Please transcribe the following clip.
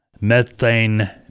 methane